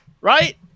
right